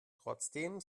trotzdem